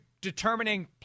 determining